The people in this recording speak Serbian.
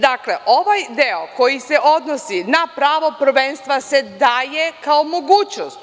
Dakle, ovaj deo koji se odnosi na pravo prvenstva, daje se kao mogućnost.